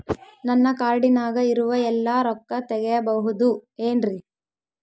ನನ್ನ ಕಾರ್ಡಿನಾಗ ಇರುವ ಎಲ್ಲಾ ರೊಕ್ಕ ತೆಗೆಯಬಹುದು ಏನ್ರಿ?